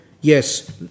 yes